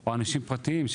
או אנשים פרטיים,